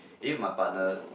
if my partner